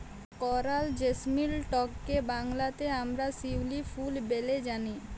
করাল জেসমিলটকে বাংলাতে আমরা শিউলি ফুল ব্যলে জানি